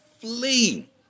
flee